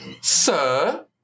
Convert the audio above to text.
sir